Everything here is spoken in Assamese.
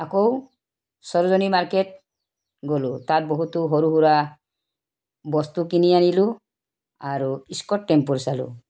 আকৌ সৰোজিনী মাৰ্কেট গ'লোঁ তাত বহুতো সৰু সুৰা বস্তু কিনি আনিলোঁ আৰু ইস্কন টেম্পল চালোঁ